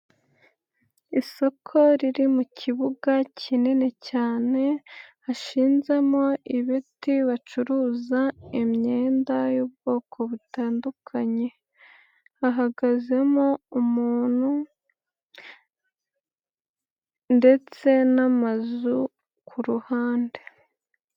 Isoko riri mu kibuga kinini cyane, hashinzemo ibiti bacuruza imyenda y'ubwoko butandukanye. Hahagazemo umuntu, ndetse n'amazu ku ruhande.